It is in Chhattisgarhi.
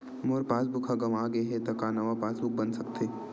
मोर पासबुक ह गंवा गे हे त का नवा पास बुक बन सकथे?